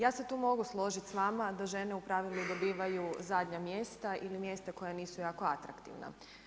Ja se tu mogu složiti s vama da žene u pravilu dobivaju zadnja mjesta ili mjesta koja nisu jako atraktivna.